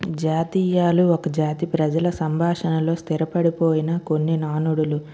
జాతీయాలు ఒక జాతి ప్రజల సంభాషణలో స్థిరపడిపోయిన కొన్ని నానుడులు